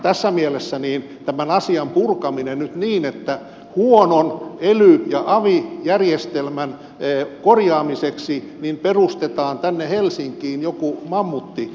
tässä mielessä tämän asian purkaminen nyt niin että huonon ely ja avi järjestelmän korjaamiseksi perustetaan tänne helsinkiin joku ammatti